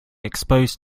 exposed